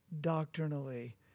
doctrinally